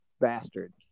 bastard